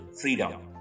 freedom